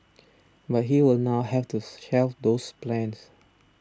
but he will now have to shelve those plans